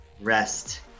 rest